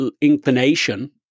inclination